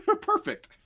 Perfect